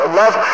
love